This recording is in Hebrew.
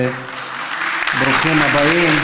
ברוכים הבאים.